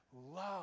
love